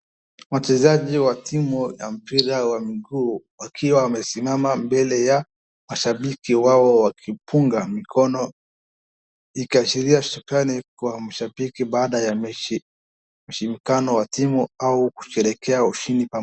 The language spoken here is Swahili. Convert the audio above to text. Wachezaji wa timu ya mpira wa miguu wakiwa wamesimama mbele ya washabiki wao wakipunga mikono ikiashiria shukrani kwa mashabiki baada ya mechi mshirikiano wa timu au kusherehekea ushindi pamoja.